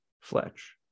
Fletch